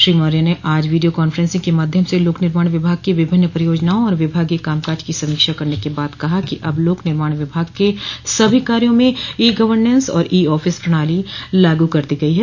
श्री मौर्या ने आज video conferencing के माध्यम से लोक निर्माण विभाग की विभिन्न परियोजनाओं और विभागीय कामकाज की समीक्षा करने के बाद कहा कि अब लोक निर्माण विभाग के सभी कार्यो में ई गर्वनेंस और ई आफिस प्रणाली लागू कर दी गई है